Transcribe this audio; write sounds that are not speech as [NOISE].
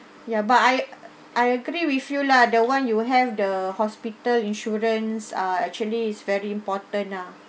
ya but I [NOISE] I agree with you lah the one you have the hospital insurance ah actually is very important ah